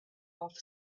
off